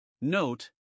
Note